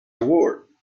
reward